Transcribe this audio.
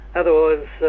otherwise